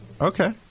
Okay